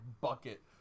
bucket